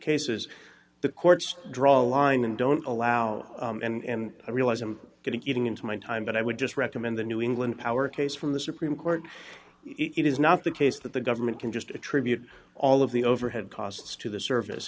cases the courts draw a line and don't allow and i realize i'm going to getting into my time but i would just recommend the new england power case from the supreme court it is not the case that the government can just attribute all of the overhead costs to the service